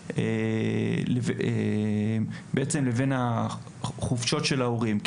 האלה ולבין החופשות של ההורים.